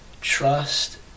Trust